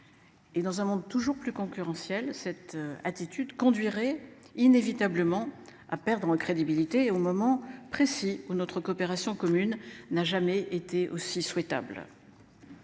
Et dans un monde toujours plus concurrentiel. Cette attitude conduirait inévitablement à perdre en crédibilité au moment précis où notre coopération commune n'a jamais été aussi souhaitable.